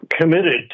committed